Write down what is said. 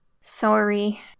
Sorry